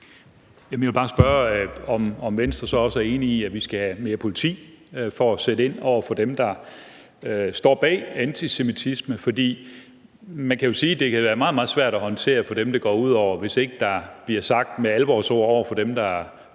jeg vil bare spørge, om Venstre så også er enig i, at vi skal have mere politi for at sætte ind over for dem, der står bag antisemitisme, for man kan jo sige, at det kan være meget, meget svært at håndtere for dem, det går ud over, hvis ikke det bliver sagt med alvorsord over for dem, der